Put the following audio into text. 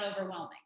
overwhelming